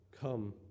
Come